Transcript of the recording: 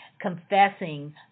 confessing